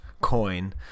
coin